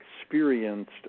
experienced